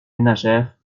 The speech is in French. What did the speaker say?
ménagères